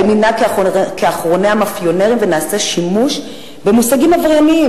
האם ננהג כאחרוני המאפיונרים ונעשה שימוש במושגים עברייניים,